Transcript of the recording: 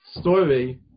story